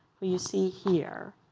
who you see here,